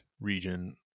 region